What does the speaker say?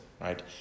right